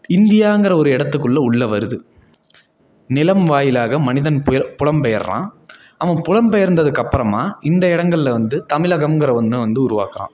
இந்தியாங்கிற ஒரு இடத்துக்குள்ள உள்ளே வருது நிலம் வாயிலாக மனிதன் பு புலம் பெயர்கிறான் அவன் புலம் பெயர்ந்ததுக்கப்புறமா இந்த இடங்களில் வந்து தமிழகம்ங்கிற ஒன்றை வந்து உருவாக்குகிறான்